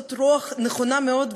זאת רוח נכונה מאוד,